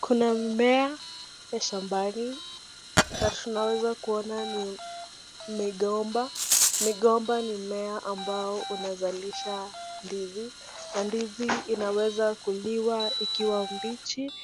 Kuna mmea wa shambani na tunaweza kuona migomba, migomba ni mmea ambao unazalisha ndizi na ndizi inaweza kuliwa mbihi